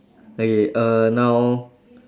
okay uh now